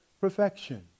perfection